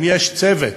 אם יש צוות